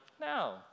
now